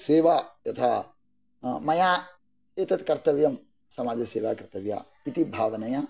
सेवा यथा मया एतत् कर्तव्यं समाजसेवा कर्तव्या इति भावनया